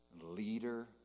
leader